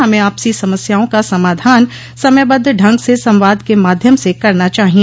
हमें आपसी समस्याओं का समाधान समयबद्ध ढंग से संवाद के माध्यम से करना चाहिए